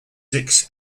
six